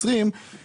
מה זה קשור?